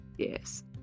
yes